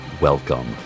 welcome